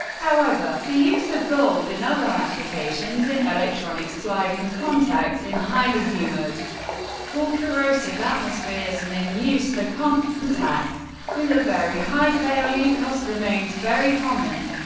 however, the use of gold in other applications in electronic sliding contacts in highly humid or corrosive atmospheres, and in use for contacts with a very high failure cost remains very common.